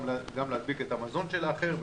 גם להדביק את המזון של האחר,